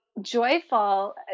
joyful